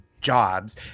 jobs